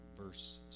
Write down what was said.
verse